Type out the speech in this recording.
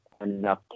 enough